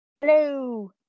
hello